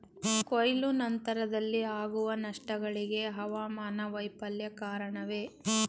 ಕೊಯ್ಲು ನಂತರದಲ್ಲಿ ಆಗುವ ನಷ್ಟಗಳಿಗೆ ಹವಾಮಾನ ವೈಫಲ್ಯ ಕಾರಣವೇ?